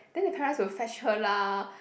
then the parents will fetch her lah